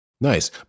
Nice